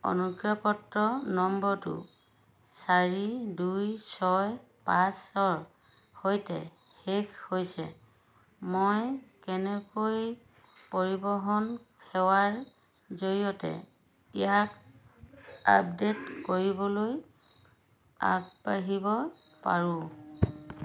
অনুজ্ঞাপত্ৰ নম্বৰটো চাৰি দুই ছয় পাঁচৰ সৈতে শেষ হৈছে মই কেনেকৈ পৰিৱহণ সেৱাৰ জৰিয়তে ইয়াক আপডেট কৰিবলৈ আগবাঢ়িব পাৰোঁ